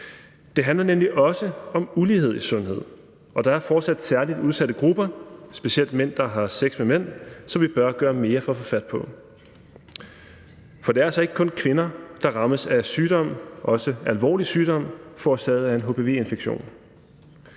Det handler nemlig også om ulighed i sundhed. Og der er fortsat særligt udsatte grupper, specielt mænd, der har sex med mænd, som vi bør gøre mere for at få fat på. For det er altså ikke kun kvinder, der rammes af sygdom, også alvorlig sygdom, forårsaget af en hpv-infektion.